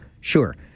sure